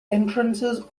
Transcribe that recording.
entrance